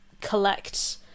collect